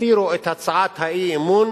הסירו את הצעת האי-אמון